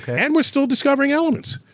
and we're still discovering elements.